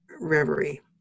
reverie